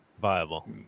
Viable